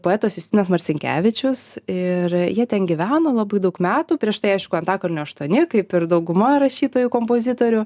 poetas justinas marcinkevičius ir jie ten gyveno labai daug metų prieš tai aišku antakalnio aštuoni kaip ir dauguma rašytojų kompozitorių